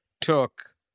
Took